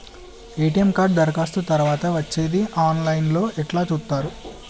ATM card దరఖాస్తు తరువాత వచ్చేది ఆన్ లైన్ లో ఎట్ల చూత్తరు?